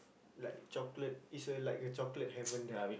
like chocolate it is like a chocolate heaven there